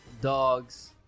dogs